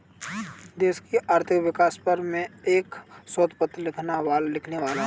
देश की आर्थिक विकास पर मैं एक शोध पत्र लिखने वाला हूँ